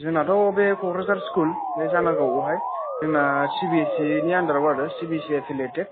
जोंनाथ' बे क'क्राझार स्कुल बे जानागावाव हाय जोंना सिबिएससिनि आन्दाराव आरो सिबिएससि एपिलिटेत